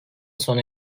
sona